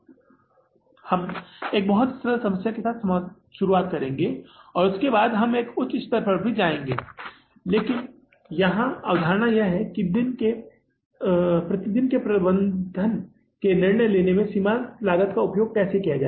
हम एक बहुत ही सरल समस्या के साथ शुरुआत करेंगे और उसके बाद हम एक उच्च स्तर पर भी जाएंगे लेकिन यहां अवधारणा यह है कि दिन के प्रबंधन के निर्णय लेने में सीमांत लागत का उपयोग कैसे किया जाए